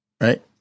right